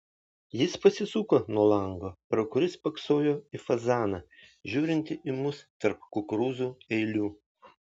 jis pasisuko nuo lango pro kurį spoksojo į fazaną žiūrintį į mus tarp kukurūzų eilių